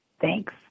Thanks